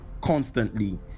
constantly